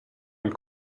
nel